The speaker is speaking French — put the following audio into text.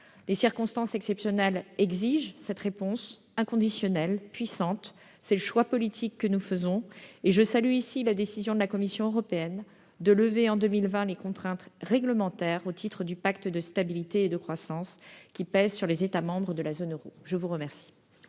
Les circonstances, exceptionnelles, exigent cette réponse inconditionnelle et puissante. C'est le choix politique que nous faisons. Je salue la décision de la Commission européenne de lever en 2020 les contraintes réglementaires, prévues dans le pacte de stabilité et de croissance (PSC), qui pèsent sur les États membres de la zone euro. La parole